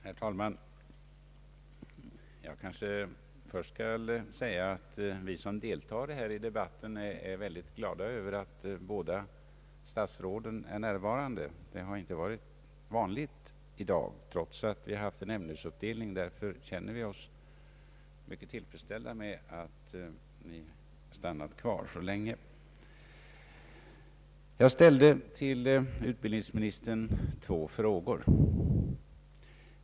Herr talman! Jag kanske först skall säga att vi som deltar i denna debatt är glada över att båda statsråden är närvarande. Det har inte varit vanligt i dag, trots att vi har haft en ämnesuppdelning. Därför känner vi oss mycket tillfredsställda med att ni har stannat kvar så länge. Jag ställde två frågor till utbildningsministern.